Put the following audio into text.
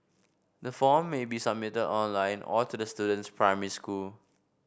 the form may be submitted online or to the student's primary school